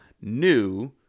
new